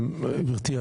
גברתי,